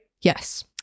Yes